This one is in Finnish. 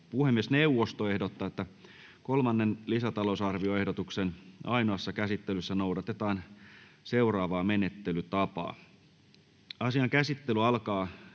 Puhemiesneuvosto ehdottaa, että kolmannen lisätalousarvioehdotuksen ainoassa käsittelyssä noudatetaan seuraavaa menettelytapaa: Asian käsittely alkaa